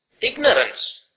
ignorance